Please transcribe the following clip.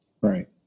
right